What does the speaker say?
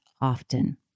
often